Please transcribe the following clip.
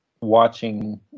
watching